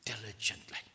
diligently